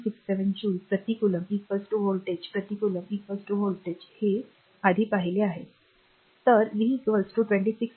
67 joule प्रति coulomb voltage प्रति coulomb voltage हे आधी पाहिले आहेत तर v 26